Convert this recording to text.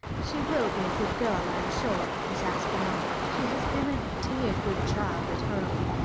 she will be a good girl, i am sure, miss aspinall she has been a dear good child at home.